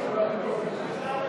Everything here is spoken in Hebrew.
חוק-יסוד: